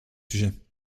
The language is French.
sujets